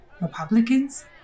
Republicans